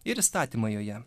ir statymai joje